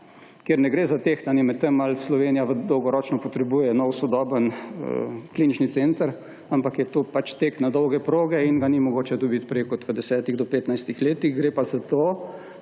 kjer ne gre za tehtanje med tem, ali Slovenija dolgoročno potrebuje nov sodoben klinični center, ampak je to pač tek na dolge proge in ga ni mogoče dobit prej, kot v desetih do petnajstih letih, gre pa za to,